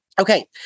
Okay